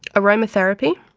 aromatherapy,